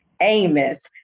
Amos